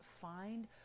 find